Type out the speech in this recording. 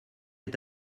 est